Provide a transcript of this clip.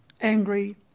angry